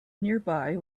nearby